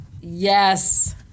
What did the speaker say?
Yes